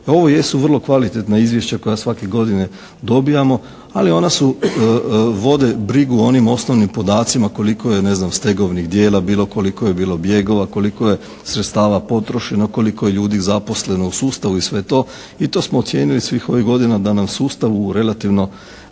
Ovo jesu vrlo kvalitetna izvješća koja svake godine dobijamo ali ona vode brigu o onim osnovnim podacima koliko je ne znam stegovnih djela bilo, koliko je bilo bjegova, koliko je sredstava potrošeno, koliko je ljudi zaposleno u sustavu i sve to. I to smo ocijenili svih ovih godina da nam sustav u relativno